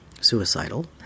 suicidal